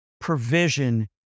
provision